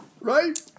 Right